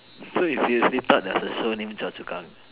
so you seriously thought there's a show named Choa-Chu-Kang